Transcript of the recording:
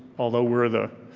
although we're the,